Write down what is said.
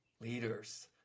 leaders